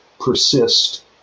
persist